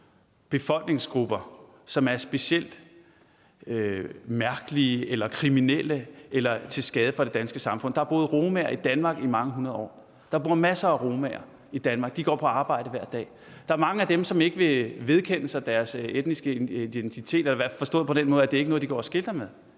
befolkningsgrupper, som er specielt mærkelige eller kriminelle eller til skade for det danske samfund. Der har boet romaer i Danmark i mange hundrede år. Der bor masser af romaer i Danmark. De går på arbejde hver dag. Der er mange af dem, som ikke vil vedkende sig deres etniske identitet, forstået på den måde, at det ikke er noget, de går og skilter med,